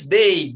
day